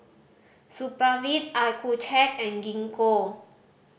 Supravit Accucheck and Gingko